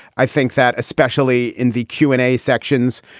i think that especially in the q and a sections,